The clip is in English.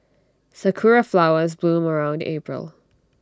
Sakura Flowers bloom around April